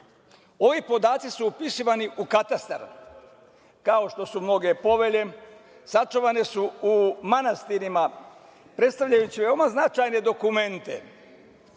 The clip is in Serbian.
Ovi podaci su upisivani u katastar, kao što su mnoge povelje, sačuvane su u manastirima, predstavljajući veoma značajne dokumente